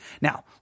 Now